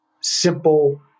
simple